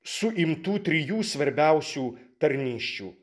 suimtų trijų svarbiausių tarnysčių